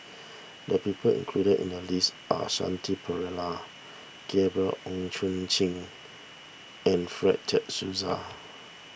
the people included in the list are Shanti Pereira Gabriel Oon Chong Jin and Fred De Souza